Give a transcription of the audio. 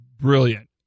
brilliant